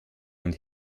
und